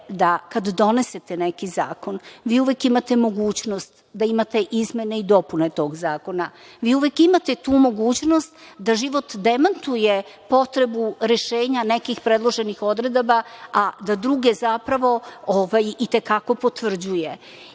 da kada donesete neki zakon, vi uvek imate mogućnost da imate izmene i dopune tog zakona, vi uvek imate tu mogućnost da život demantuje potrebu rešenja nekih predloženih odredaba, a da druge zapravo i te kako potvrđuje. Meni